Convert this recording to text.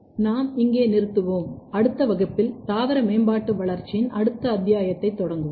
நாம் இங்கே நிறுத்துவோம் அடுத்த வகுப்பில் தாவர மேம்பாட்டு வளர்ச்சியின் அடுத்த அத்தியாயத்தைத் தொடங்குவோம்